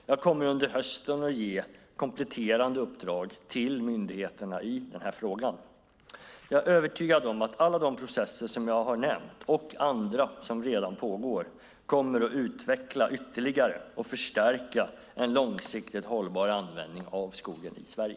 Jag kommer under hösten att ge kompletterande uppdrag till myndigheterna i denna fråga. Jag är övertygad om att alla de processer som jag nu har nämnt, och andra som redan pågår, kommer att ytterligare utveckla och förstärka en långsiktigt hållbar användning av skogen i Sverige.